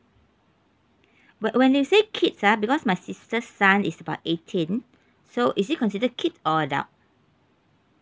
but when they say kids ah because my sister's son is about eighteen so is it considered kid or adult